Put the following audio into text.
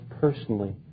personally